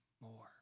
more